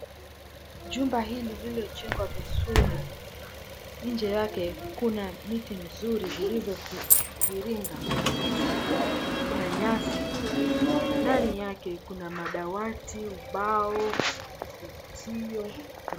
Jumba hili lililojengwa vizuri, inje yake kuna miti nzuri zilizoviringa. Inje kuna nyasi ndani yake kuna madawati, ubao, kifutio.